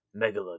Megalodon